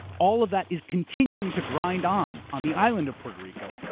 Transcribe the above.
all of that is continuing to grind on on the island of puerto rico,